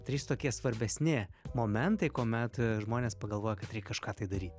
trys tokie svarbesni momentai kuomet žmonės pagalvoja kad reik kažką tai daryt